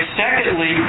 secondly